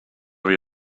wie